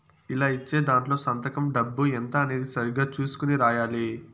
ఇలా ఇచ్చే దాంట్లో సంతకం డబ్బు ఎంత అనేది సరిగ్గా చుసుకొని రాయాలి